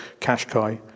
Kashkai